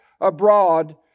abroad